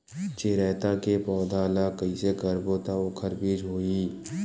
चिरैता के पौधा ल कइसे करबो त ओखर बीज होई?